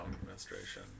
administration